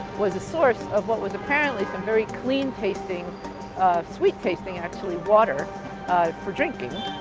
was a source of what was apparently some very clean-tasting sweet-tasting, actually, water for drinking.